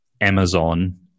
Amazon